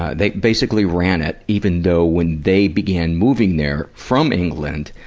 ah they basically ran it, even though when they began moving there from england,